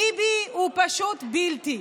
ביבי הוא פשוט בלתי.